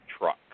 truck